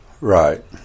Right